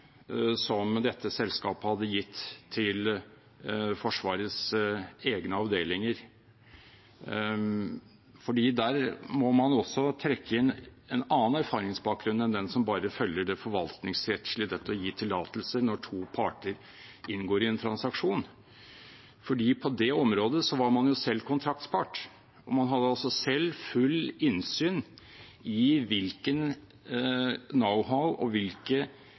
som dette selskapet hadde gitt til Forsvarets egne avdelinger. Der må man også trekke inn en annen erfaringsbakgrunn enn den som bare følger det forvaltningsrettslige – dette å gi tillatelse når to parter inngår i en transaksjon – for på det området var man jo selv kontraktspart, og man hadde selv fullt innsyn i hvilken knowhow og hvilke